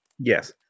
Yes